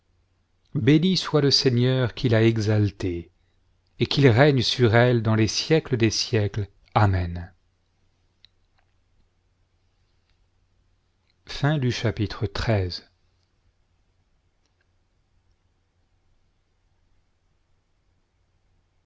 béni soit le seigneur qui l'a exaltée et qu'il règne sur elle dans les siècles des siècles ameu